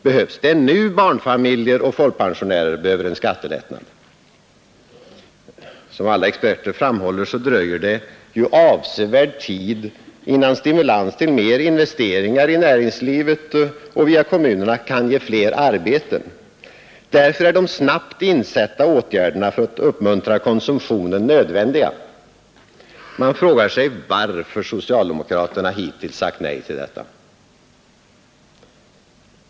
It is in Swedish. Och det är nu barnfamiljer och folkpensionärer behöver en skattelättnad. Som alla experter framhåller dröjer det lång tid innan stimulans till mer investeringar i näringslivet och via kommunerna kan ge fler arbeten. Därför är de snabbt insatta åtgärderna för att uppmuntra konsumtionen nödvändiga. Man frågar sig varför socialdemokraterna hittills sagt nej till detta.